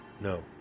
No